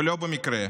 ולא במקרה,